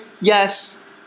yes